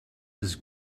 was